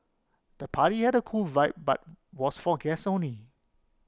the party had A cool vibe but was for guests only